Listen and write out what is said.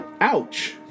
Ouch